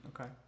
Okay